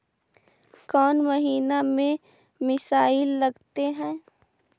कौन महीना में मिसाइल लगते हैं?